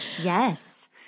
Yes